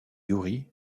iouri